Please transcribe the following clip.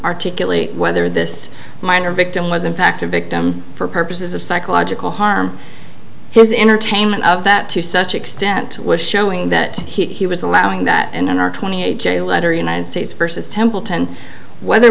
articulate whether this minor victim was in fact a victim for purposes of psychological harm his entertainment of that to such extent was showing that he was allowing that and in our twenty eight jail letter united states versus templeton whether